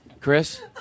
Chris